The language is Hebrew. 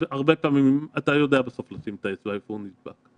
בסוף אתה יודע לשים את האצבע איפה הוא נדבק.